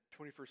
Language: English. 21st